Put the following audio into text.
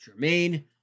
Jermaine